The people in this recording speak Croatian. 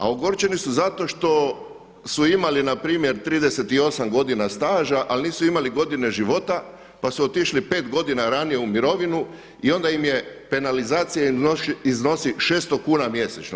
A ogorčeni su zato što su imali npr. 38 godina staža ali nisu imali godine života pa su otišli 5 godina ranije u mirovinu i onda im penalizacija iznosi 600 kuna mjesečno.